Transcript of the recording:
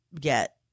get